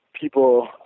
people